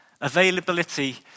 availability